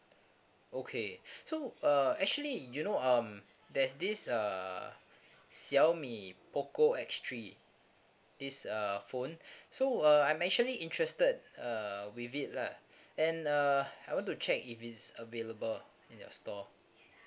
okay so uh actually you know um there's this uh xiaomi poco X three this uh phone so uh I'm actually interested uh with it lah and uh I want to check if it's available in your store